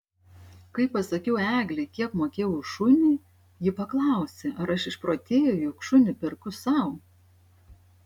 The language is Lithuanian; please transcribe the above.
kai pasakiau eglei kiek mokėjau už šunį ji paklausė ar aš išprotėjau juk šunį perku sau